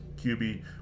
QB